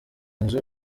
nzu